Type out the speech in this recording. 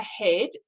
ahead